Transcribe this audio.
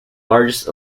largest